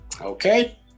Okay